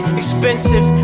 expensive